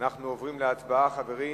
אנחנו עוברים להצבעה, חברים.